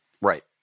Right